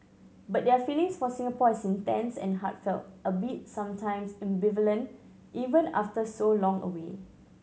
but their feelings for Singapore is intense and heartfelt albeit sometimes ambivalent even after so long away